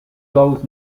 flows